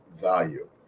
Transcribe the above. value